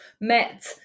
met